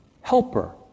helper